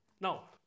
Now